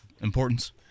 importance